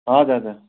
हजुर हजुर